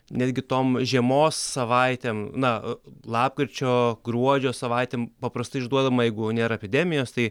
netgi tom žiemos savaitėm na lapkričio gruodžio savaitėm paprastai išduodama jeigu nėra epidemijos tai